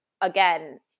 again